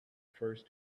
first